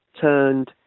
turned